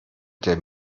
der